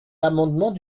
l’amendement